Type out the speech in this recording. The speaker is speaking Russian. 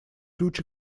ключ